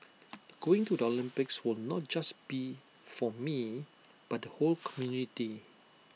going to the Olympics will not just be for me but the whole community